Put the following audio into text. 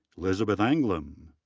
elizabeth anguilm,